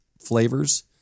flavors